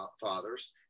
fathers